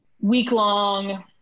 week-long